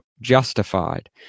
justified